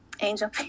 angel